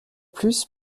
plus